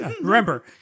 Remember